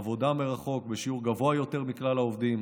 עבודה מרחוק בשיעור גבוה יותר מכלל העובדים,